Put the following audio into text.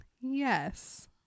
yes